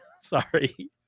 Sorry